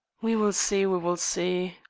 we will see. we will see.